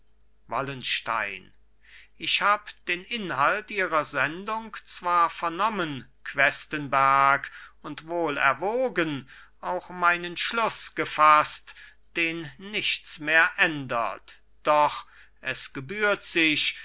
wallenstein ich hab den inhalt ihrer sendung zwar vernommen questenberg und wohl erwogen auch meinen schluß gefaßt den nichts mehr ändert doch es gebührt sich